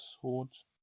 swords